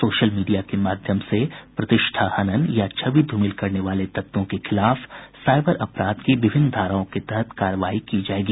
social media के माध्यम से प्रतिष्ठा हनन या छवि धूमिल करने वाले तत्वों के खिलाफ साईबर अपराध की विभिन्न धाराओं के तहत कार्रवाई की जायेगी